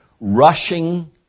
rushing